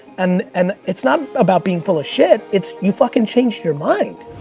and and it's not about being full of shit. it's you fucking changed your mind.